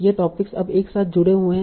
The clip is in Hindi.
ये टोपिक अब एक साथ जुड़े हुए हैं